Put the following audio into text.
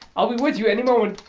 i'll be with you any moment